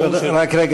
רגע,